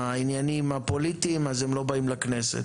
העניינים הפוליטיים אז הם לא באים לכנסת.